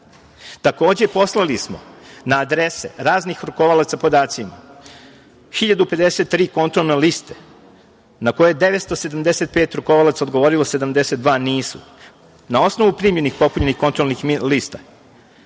zakou. Takođe, poslali smo na adrese raznih rukovalaca podacima 1053 kontrolne liste na kojoj je 975 rukovalaca odgovorilo, 72 nisu. Na osnovu primljenih popunjenih kontrolnih lista